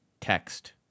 text